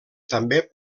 també